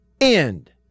end